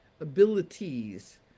abilities